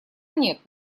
нет